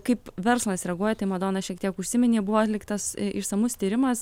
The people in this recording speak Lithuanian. kaip verslas reaguojate madona šiek tiek užsiminė buvo atliktas išsamus tyrimas